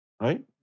Right